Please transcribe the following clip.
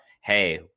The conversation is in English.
hey